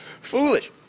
foolish